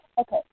Okay